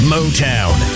Motown